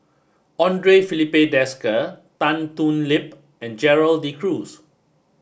Andre Filipe Desker Tan Thoon Lip and Gerald De Cruz